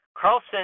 Carlson